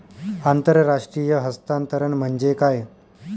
आंतरराष्ट्रीय हस्तांतरण म्हणजे काय?